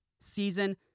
season